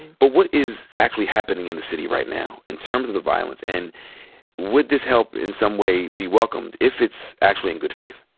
but what is actually happening in the city right now in terms of the violence? and would this help in some way be welcomed if it's actually in good faith?